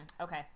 okay